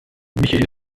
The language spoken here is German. michael